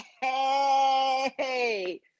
hey